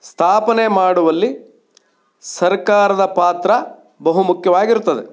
ಸ್ಥಾಪನೆ ಮಾಡುವಲ್ಲಿ ಸರ್ಕಾರದ ಪಾತ್ರ ಬಹು ಮುಖ್ಯವಾಗಿ ಇರ್ತದೆ